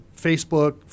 Facebook